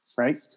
right